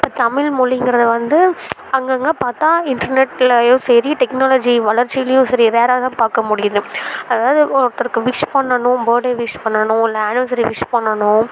இப்போ தமிழ் மொழிங்கிறது வந்து அங்கேங்க பார்த்தா இன்டர்நெட்லேயும் சரி டெக்னாலஜி வளர்ச்சிலேயும் சரி ரேராக தான் பார்க்க முடியுது அதாவது ஒருத்தருக்கு விஷ் பண்ணனும் பர்த்டே விஷ் பண்ணனும் இல்லை ஆனிவசரி விஷ் பண்ணணும்